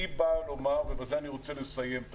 אני בא לומר, ובזה אני רוצה לסיים את